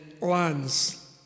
lands